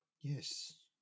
Yes